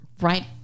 right